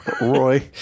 Roy